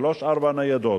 שלוש, ארבע ניידות,